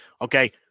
Okay